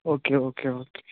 okay okay okay